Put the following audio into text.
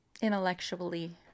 Intellectually